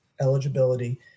eligibility